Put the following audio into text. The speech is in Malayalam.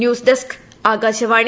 news desk Akashvani